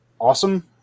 awesome